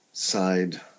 side